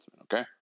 Okay